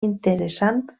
interessant